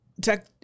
Tech